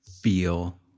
feel